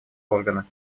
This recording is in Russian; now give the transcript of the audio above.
органа